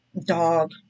dog